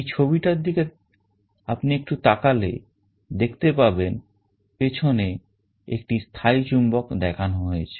এই ছবিটার দিকে আপনি একটু তাকালে দেখতে পাবেন পিছনে একটি স্থায়ী চুম্বক দেখানো হয়েছে